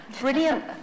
Brilliant